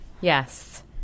Yes